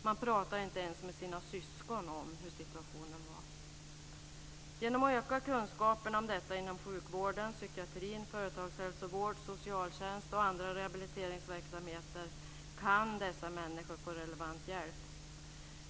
Man pratar inte ens med sina syskon om hur situationen var. Genom ökade kunskaper om detta inom sjukvård, psykiatri, företagshälsovård, socialtjänst och andra rehabiliteringsverksamheter kan dessa människor få relevant hjälp.